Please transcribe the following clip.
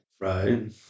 Right